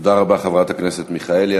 תודה רבה, חברת הכנסת מיכאלי.